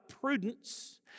prudence